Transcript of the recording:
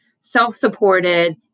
Self-supported